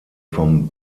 vom